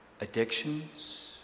addictions